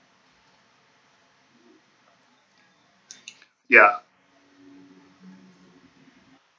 ya